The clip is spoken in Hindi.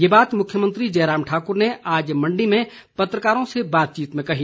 ये बात मुख्यमंत्री जयराम ठाकुर ने आज मंडी में पत्रकारों से बातचीत में कही